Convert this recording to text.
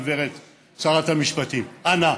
גברתי שרת המשפטים: אנא,